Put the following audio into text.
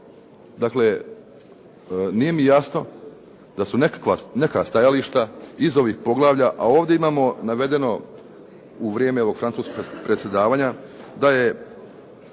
dakle, nije mi jasno da su neka stajališta iz ovih poglavlja, a ovdje imamo navedeno u vrijeme ovog francuskog predsjedavanja da je